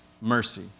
mercy